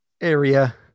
area